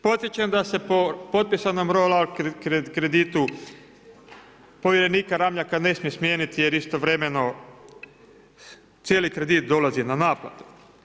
Podsjećam da se po potpisanom roll up kredita povjerenika Ramljaka ne smije smijeniti, jer istovremeno cijeli kredit dolazi na naplatu.